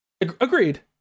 Agreed